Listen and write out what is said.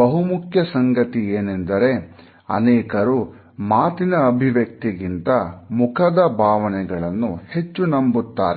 ಬಹುಮುಖ್ಯ ಸಂಗತಿಯೇನೆಂದರೆ ಅನೇಕರು ಮಾತಿನ ಅಭಿವ್ಯಕ್ತಿಗಿಂತ ಮುಖದ ಭಾವನೆಗಳನ್ನು ಹೆಚ್ಚು ನಂಬುತ್ತಾರೆ